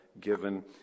given